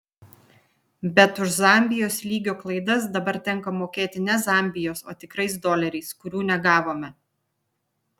bet už zambijos lygio klaidas dabar tenka mokėti ne zambijos o tikrais doleriais kurių negavome